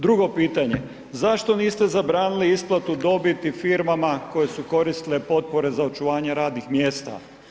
Drugo pitanje, zašto niste zabranili isplatu dobiti firmama koje su koristile potpore za očuvanje radnih mjesta?